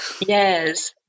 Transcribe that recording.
Yes